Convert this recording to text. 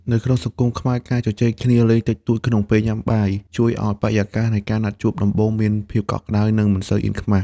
នៅក្នុងសង្គមខ្មែរ ការជជែកគ្នាលេងតិចតួចក្នុងពេលញ៉ាំបាយ ជួយឱ្យបរិយាកាសនៃការណាត់ជួបដំបូងមានភាពកក់ក្ដៅ និងមិនសូវអៀនខ្មាស។